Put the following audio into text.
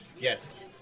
Yes